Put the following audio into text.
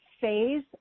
phase